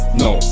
no